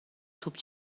توپ